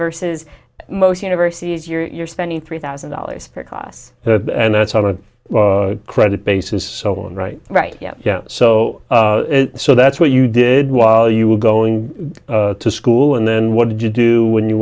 verses most universities you're spending three thousand dollars per class and that's all a credit basis so on right right yeah yeah so so that's what you did while you were going to school and then what did you do when you